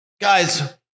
guys